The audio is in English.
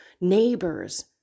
neighbors